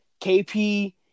KP